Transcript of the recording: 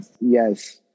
Yes